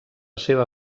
seva